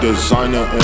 Designer